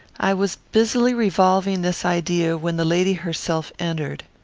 i was busily revolving this idea when the lady herself entered.